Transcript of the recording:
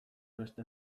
beste